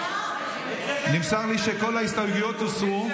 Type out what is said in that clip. נמסר לי שכל ההסתייגויות הוסרו.